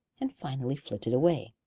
and finally flitted away.